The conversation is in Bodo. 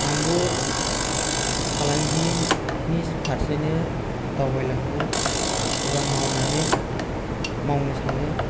आंबो फालांगिनि फारसेनो दावबायलांनो एबा मावनानै मावनो सानो